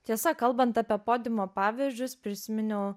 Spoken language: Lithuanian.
tiesa kalbant apie podimo pavyzdžius prisiminiau